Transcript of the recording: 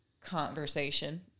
conversation